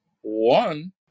one